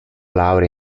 laurea